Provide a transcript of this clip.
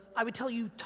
i would tell you,